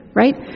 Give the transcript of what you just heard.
right